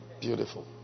Beautiful